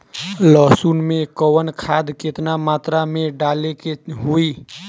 लहसुन में कवन खाद केतना मात्रा में डाले के होई?